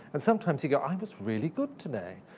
and sometimes you go i was really good today.